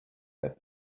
that